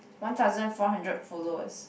one thousand four hundred followers